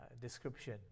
description